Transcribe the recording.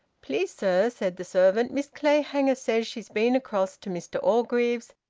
please, sir, said the servant, miss clayhanger says she's been across to mr orgreave's,